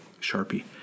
Sharpie